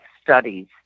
Studies